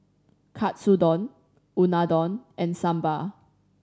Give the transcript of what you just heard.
Katsudon Unadon and Sambar